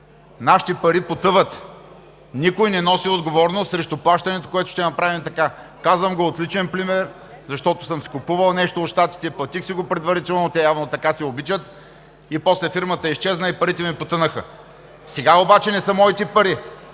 нашите пари потъват. Никой не носи отговорност срещу плащането, което ще направим така. Казвам го от личен пример, защото съм си купувал нещо от щатите, платих си го предварително – те явно така си обичат, и после фирмата изчезна и парите ми потънаха. Сега обаче не са моите пари